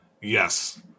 Yes